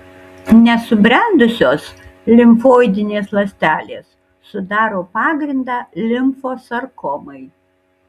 nesubrendusios limfoidinės ląstelės sudaro pagrindą limfosarkomai